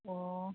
ꯑꯣ